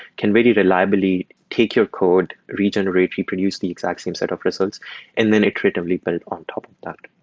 can very reliably take your code, regenerate people, use the exact same set of results and then iteratively build on top of that.